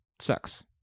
Sucks